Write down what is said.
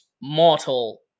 mortal